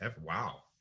Wow